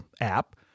app